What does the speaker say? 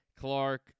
Clark